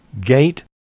gate